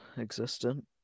existent